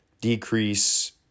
decrease